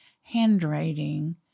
handwriting